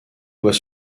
doit